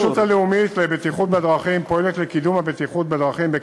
הרשות הלאומית לבטיחות בדרכים פועלת